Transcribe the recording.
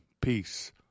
peace